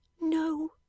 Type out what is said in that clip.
NO